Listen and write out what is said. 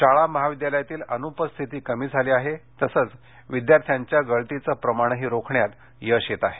शाळा महाविद्यालयातील अनुपस्थिती कमी झाली आहे तसच विद्यार्थ्यांच्यागळतीचं प्रमाणही रोखण्यात यश येत आहे